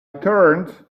turned